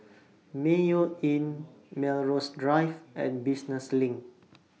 Mayo Inn Melrose Drive and Business LINK